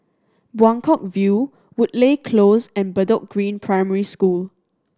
Buangkok View Woodleigh Close and Bedok Green Primary School